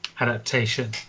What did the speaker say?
Adaptation